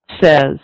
says